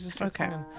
okay